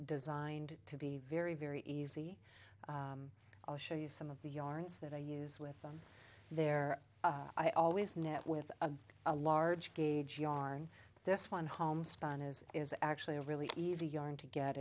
designed to be very very easy i'll show you some of the yarns that i use with them there i always net with a a large gauge on this one homespun is is actually a really easy yarn to get